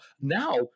now